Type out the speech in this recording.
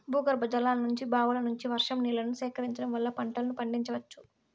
భూగర్భజలాల నుంచి, బావుల నుంచి, వర్షం నీళ్ళను సేకరించడం వల్ల పంటలను పండించవచ్చు